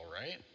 right